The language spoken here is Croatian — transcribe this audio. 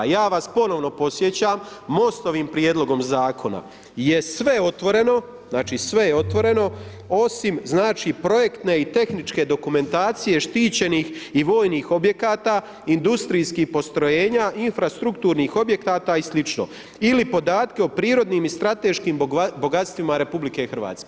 Ja vas ponovno podsjećam, Mostovim prijedlogom zakona je sve otvoreno, znači sve je otvoreno, osim znači projektne i tehničke dokumentacije štićenih i vojnih objekata, industrijskih postrojenja, infrastrukturnih objekata i slično ili podatke o prirodnim i strateškim bogatstvima RH.